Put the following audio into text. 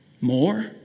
More